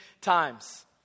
times